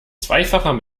zweifacher